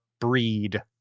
breed